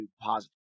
positive